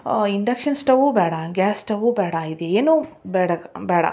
induction ಸ್ಟವೂ ಬೇಡ gas stove ಬೇಡ ಇದು ಏನೂ ಬೇಡ ಬೇಡ